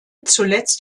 zuletzt